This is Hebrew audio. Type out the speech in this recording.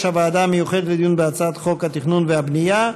הוועדה המיוחדת לדיון בהצעת חוק התכנון והבנייה,